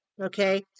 okay